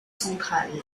centrale